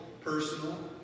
personal